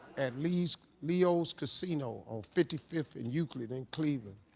at leo's leo's casino on fifty fifth and euclid in cleveland.